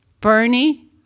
bernie